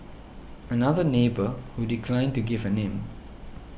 another neighbour who declined to give her name